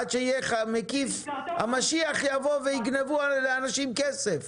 עד שיהיה תיקון מקיף המשיח יבוא ויגנבו לאנשים כסף.